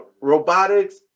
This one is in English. robotics